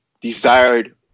desired